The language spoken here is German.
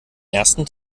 ersten